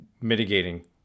mitigating